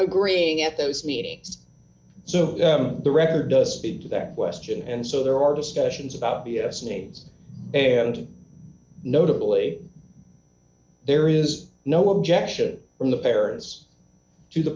agreeing at those meetings so the record does speak to that question d and so there are discussions about b s names and notably there is no objection from the parents to the